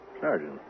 Sergeant